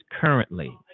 currently